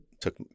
took